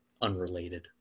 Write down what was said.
unrelated